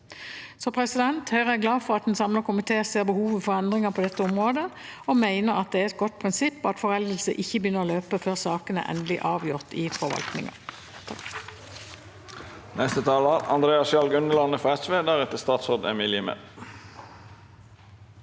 foreldelse. Høyre er glad for at en samlet komité ser behovet for endringer på dette området, og mener at det er et godt prinsipp at foreldelse ikke begynner å løpe før saken er endelig avgjort i forvaltningen.